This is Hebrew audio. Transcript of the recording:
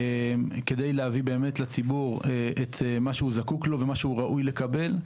כדי להביא לציבור את מה שהוא זקוק לו ומה שהוא ראוי לקבל.